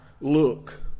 look